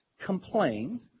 complained